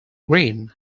green